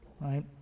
right